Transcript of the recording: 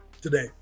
today